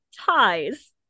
ties